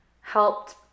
helped